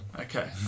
Okay